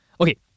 Okay